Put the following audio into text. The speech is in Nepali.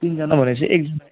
तिनजना भनेपछि